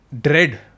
dread